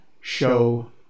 show